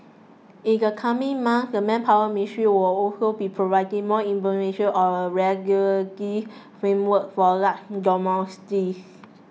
in the coming months the Manpower Ministry will also be providing more information on a regulatory framework for large dormitories